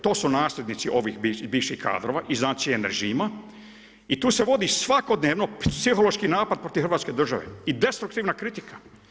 To su nasljednici ovih bivših kadrova… [[Govornik se ne razumije]] i tu se vodi svakodnevno psihološki napad protiv hrvatske države i destruktivna kritika.